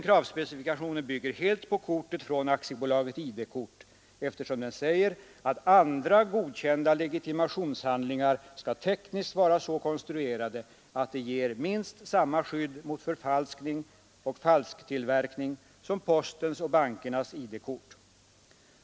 Den bygger helt på kortet från AB ID-kort, eftersom den säger att andra godkända legitimationshandlingar skall tekniskt vara så konstruerade, att de ger minst samma skydd mot förfalskning och falsktillverkning som postens och bankernas ID-kort.